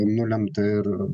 nulemta ir